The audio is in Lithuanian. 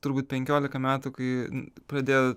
turbūt penkiolika metų kai pradėjo